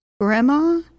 grandma